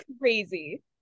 crazy